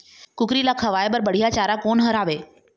कुकरी ला खवाए बर बढीया चारा कोन हर हावे?